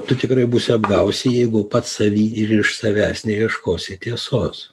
tu tikrai būsi apgausi jeigu pats savy ir iš savęs neieškosi tiesos